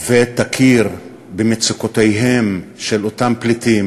ותכיר במצוקותיהם של אותם פליטים,